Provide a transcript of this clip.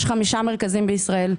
יש חמישה מרכזים בישראל,